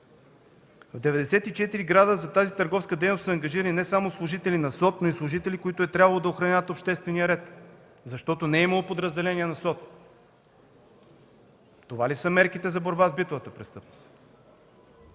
В 94 града за тази търговска дейност са ангажирани не само служители на СОТ, но и служители, които е трябвало да охраняват обществения ред, защото не е имало подразделение на СОТ. Това ли са мерките за борба с битовата престъпност?